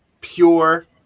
pure